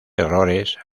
errores